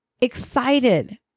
excited